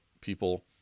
people